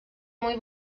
muy